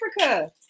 Africa